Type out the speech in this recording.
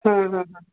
ହଁ ହଁ ହଁ